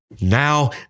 Now